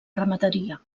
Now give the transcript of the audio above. ramaderia